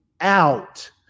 out